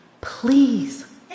Please